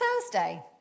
Thursday